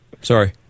Sorry